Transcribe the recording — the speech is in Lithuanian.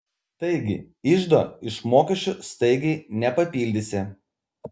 taigi iždo iš mokesčių staigiai nepapildysi